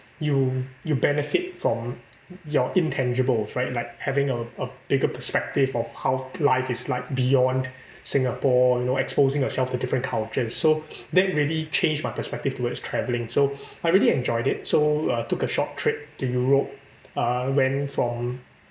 you you benefit from your intangibles right like having a a bigger perspective of how life is like beyond Singapore you know exposing yourself to different cultures so that really changed my perspective towards traveling so I really enjoyed it so I took a short trip to Europe uh went from